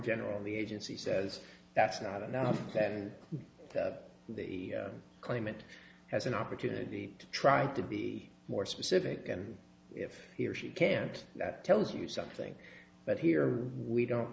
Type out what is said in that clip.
general the agency says that's not enough that the claimant has an opportunity to try to be more specific and if he or she cared that tells you something but here we don't